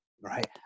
right